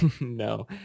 No